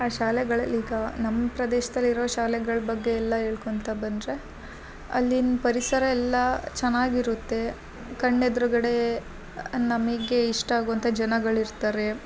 ಆ ಶಾಲೆಗಳಲ್ಲಿ ಈಗ ನಮ್ಮ ಪ್ರದೇಶ್ದಲ್ಲಿರೋ ಶಾಲೆಗಳ ಬಗ್ಗೆ ಎಲ್ಲ ಹೇಳ್ಕೊಂತ ಬಂದರೆ ಅಲ್ಲಿನ ಪರಿಸರ ಎಲ್ಲಾ ಚೆನ್ನಾಗಿ ಇರುತ್ತೆ ಕಣ್ಣ ಎದ್ರುಗಡೆ ನಮಗೆ ಇಷ್ಟ ಆಗುವಂಥ ಜನಗಳು ಇರ್ತಾರೆ